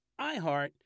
iHeart